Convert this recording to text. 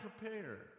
prepared